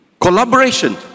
collaboration